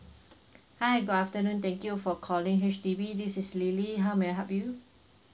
hi good afternoon thank you for calling H_D_B this is lily how may I help you